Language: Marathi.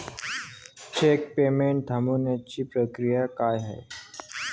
चेक पेमेंट थांबवण्याची प्रक्रिया काय आहे?